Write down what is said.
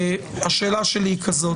השאלה שלי היא כזאת,